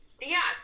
Yes